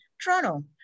Toronto